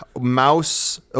Mouse